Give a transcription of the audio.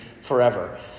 forever